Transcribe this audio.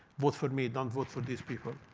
vote for me. don't vote for these people.